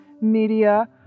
media